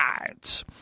right